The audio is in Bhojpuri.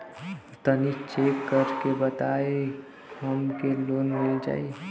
तनि चेक कर के बताई हम के लोन मिल जाई?